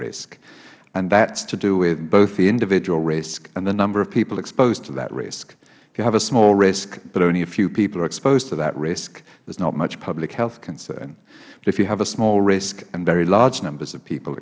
risk and that is to do with both the individual risk and the number of people exposed to that risk if you have a small risk but only a few people are exposed to that risk there is not much public health concern but if you have a small risk and very large numbers of people